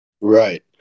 right